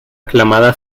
aclamada